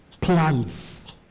plans